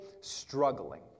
struggling